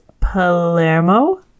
Palermo